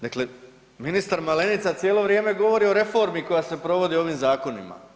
Dakle, ministar Malenica cijelo vrijeme govori o reformi koja se provodi ovim zakonima.